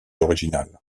originales